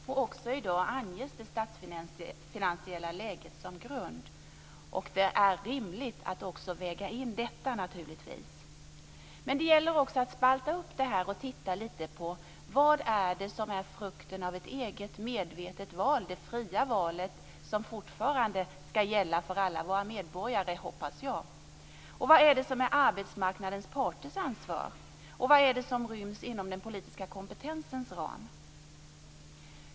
Också i dag anges det statsfinansiella läget som grund. Det är naturligtvis rimligt att också väga in det, men det gäller också att spalta upp detta och titta lite på vad som är frukten av ett eget, medvetet val - det fria val som jag hoppas fortfarande skall gälla för alla medborgare -, vad som är arbetsmarknadens parters ansvar och vad som ryms inom den politiska kompetensens ram.